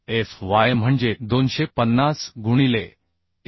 f y म्हणजे 250 गुणिले 1